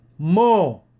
More